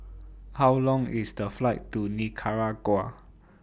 How Long IS The Flight to Nicaragua